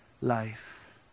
life